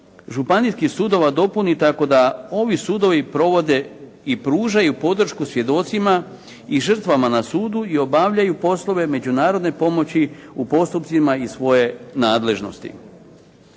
županijskih sudova dopuni tako da ovi sudovi provode i pružaju podršku svjedocima i žrtvama na sudu i obavljaju poslove međunarodne pomoći u postupcima iz svoje nadležnosti.